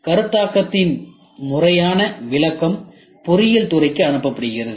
கருத்தாக்கத்தின் முறையான விளக்கம் பொறியியல் துறைக்கு அனுப்பப்படுகிறது